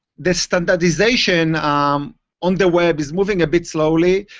this standardization on the web is moving a bit slowly.